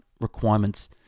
requirements